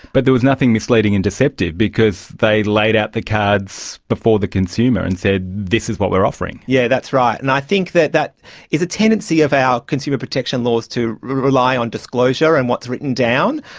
but there was nothing misleading and deceptive because they laid out the cards before the consumer and said this is what we are offering. yes, yeah that's right, and i think that that is a tendency of our consumer protection laws to rely on disclosure and what is written down.